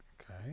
Okay